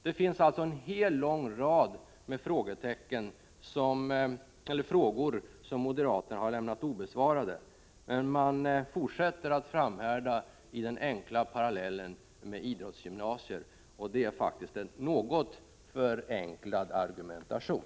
Det finns alltså en hel lång rad med frågor som moderaterna har lämnat obesvarade. Men man fortsätter att framhärda i parallellen med idrottsgymnasier, och det är faktiskt en något förenklad argumentation.